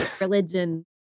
religion